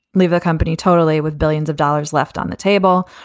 leave the company totally with billions of dollars left on the table,